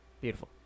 Beautiful